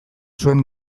zuen